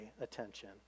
attention